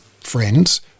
friends